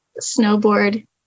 snowboard